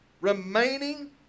remaining